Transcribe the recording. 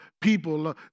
people